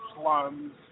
slums